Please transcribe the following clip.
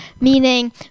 Meaning